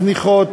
זניחות,